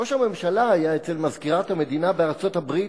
ראש הממשלה היה אצל מזכירת המדינה בארצות-הברית,